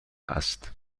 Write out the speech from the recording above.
است